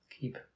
Keep